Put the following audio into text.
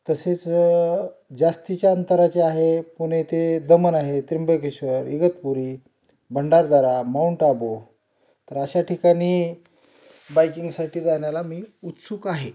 तसेच जास्तीच्या अंतराचे आहे पुणे ते दमण आहे त्र्यंबकेश्वर इगतपुरी भंडारदरा माऊंट अबू तर अशा ठिकाणी बाईकिंगसाठी जाण्याला मी उत्सुक आहे